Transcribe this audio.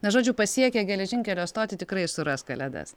na žodžiu pasiekę geležinkelio stotį tikrai suras kalėdas